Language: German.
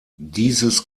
dieses